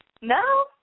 No